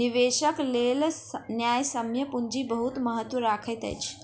निवेशकक लेल न्यायसम्य पूंजी बहुत महत्त्व रखैत अछि